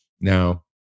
now